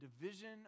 division